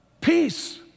Peace